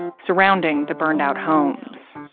and surrounding the burned out homes